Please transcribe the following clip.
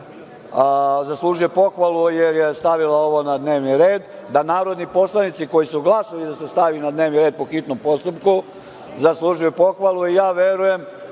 zaslužuje pohvalu jer je stavila ovo na dnevni red, da narodni poslanici koji su glasali da se stavi na dnevni red po hitnom postupku zaslužuju pohvalu i ja verujem